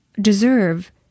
deserve